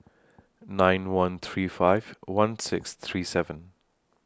nine one three five one six three seven